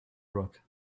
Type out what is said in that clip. rock